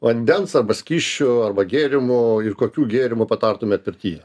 vandens arba skysčių arba gėrimų ir kokių gėrimų patartumėt pirtyje